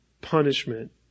punishment